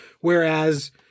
Whereas